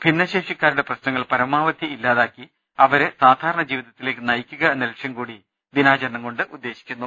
ഭിന്നശേഷിക്കാരുടെ പ്രശ്നങ്ങൾ പരമാവധി ഇല്ലാ താക്കി അവരെ സാധാരണ ജീവിതത്തിലേയ്ക്ക് നയിക്കുക എന്ന ലക്ഷ്യം കൂടി ദിനാചരണം കൊണ്ട് ഉദ്ദേശിക്കുന്നു